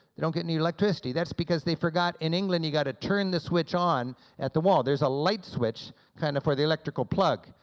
they don't get any electricity. that's because they forgot, in england, you got to turn the switch on at the wall. there's a light switch kinda for the electrical plug,